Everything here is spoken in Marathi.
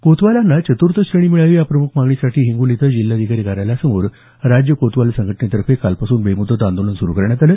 कोतवालांना चतुर्थश्रेणी मिळावी या प्रमुख मागणीसाठी हिंगोली इथं जिल्हाधिकारी कार्यालयासमोर राज्य कोतवाल संघटनेतर्फे कालपासून बेम्दत आंदोलन सुरु करण्यात आलं